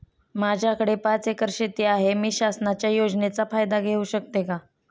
माझ्याकडे पाच एकर शेती आहे, मी शासनाच्या योजनेचा फायदा घेऊ शकते का?